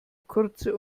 kurze